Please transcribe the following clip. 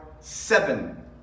Seven